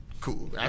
cool